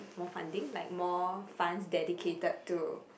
for funding like more fund delicated to